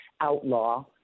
outlaw